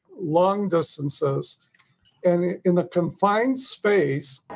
long distances and in a confined space.